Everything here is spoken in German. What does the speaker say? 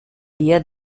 wir